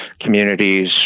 communities